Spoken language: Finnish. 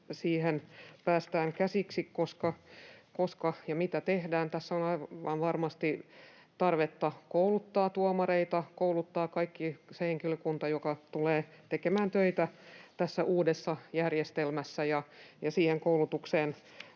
siihen päästään käsiksi, koska ja mitä tehdään. Tässä on aivan varmasti tarvetta kouluttaa tuomareita, kouluttaa kaikki se henkilökunta, joka tulee tekemään töitä tässä uudessa järjestelmässä. Siihen koulutukseen